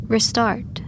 Restart